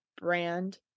brand